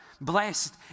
Blessed